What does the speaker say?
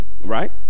right